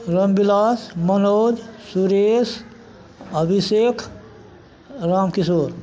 Ram Bilas Manoj Suresh Abhishek Ram Kishore